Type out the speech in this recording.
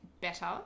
better